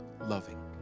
loving